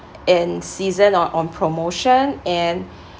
in season or on promotion and